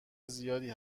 زیادی